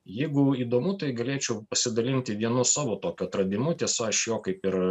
jeigu įdomu tai galėčiau pasidalinti vienu savo tokiu atradimu tiesa aš jo kaip ir